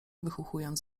wychuchując